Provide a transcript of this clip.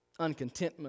uncontentment